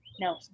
no